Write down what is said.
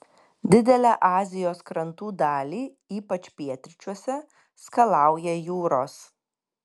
didelę azijos krantų dalį ypač pietryčiuose skalauja jūros